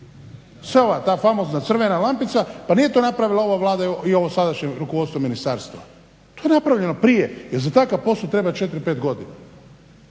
Sva ova ta famozna crvena lampica pa nije to napravila ova Vlada i ovo sadašnje rukovodstvo ministarstva, to je napravljeno prije jer za takav postupak treba 4, 5 godina.